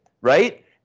right